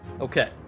Okay